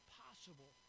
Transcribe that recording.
possible